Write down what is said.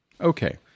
okay